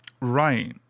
Right